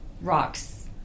rocks